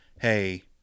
hey